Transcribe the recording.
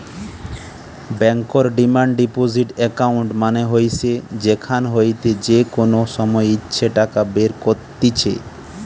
বেঙ্কর demand deposit account মানে হইসে যেখান হইতে যে কোনো সময় ইচ্ছে টাকা বের কত্তিছে